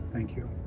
thank you.